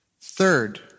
Third